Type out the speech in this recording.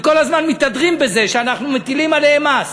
שכל הזמן מתהדרים בזה שאנחנו מטילים עליו מס.